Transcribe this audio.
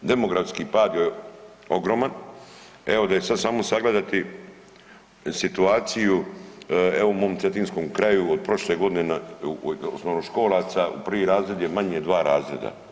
Demografski pad je ogroman, evo da se sad samo sagledati situaciju, evo u mom cetinskom kraju od prošle godine na osnovnoškolaca, u prvi razred je manje 2 razreda.